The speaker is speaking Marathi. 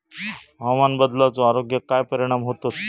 हवामान बदलाचो आरोग्याक काय परिणाम होतत?